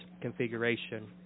configuration